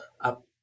up